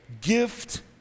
gift